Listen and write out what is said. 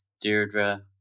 Deirdre